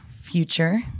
future